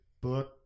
book